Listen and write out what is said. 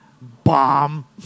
Bomb